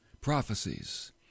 prophecies